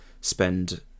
spend